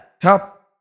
help